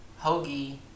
Hoagie